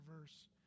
verse